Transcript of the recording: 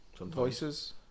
Voices